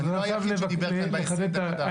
אתה לא היחיד שדיבר כאן ב-20 דקות האחרונות.